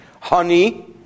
honey